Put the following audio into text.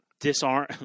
disarm